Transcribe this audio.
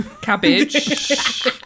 cabbage